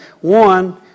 One